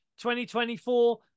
2024